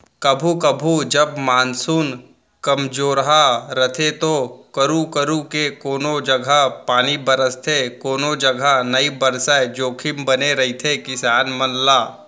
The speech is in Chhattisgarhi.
कभू कभू जब मानसून कमजोरहा रथे तो करू करू के कोनों जघा पानी बरसथे कोनो जघा नइ बरसय जोखिम बने रहिथे किसान मन ला